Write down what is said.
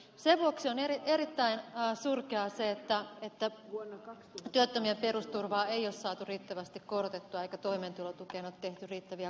sen vuoksi on erittäin surkeaa se että työttömien perusturvaa ei ole saatu riittävästi korotettua eikä toimeentulotukeen ole tehty riittäviä korotuksia